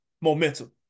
momentum